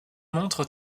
montre